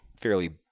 fairly